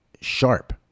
sharp